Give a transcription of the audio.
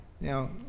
Now